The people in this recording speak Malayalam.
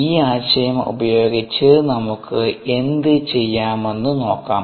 ഈ ആശയം ഉപയോഗിച്ച് നമുക്ക് എന്തുചെയ്യാമെന്ന് നോക്കാം